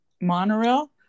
monorail